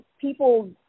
people